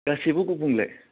गासिबो गुबुंले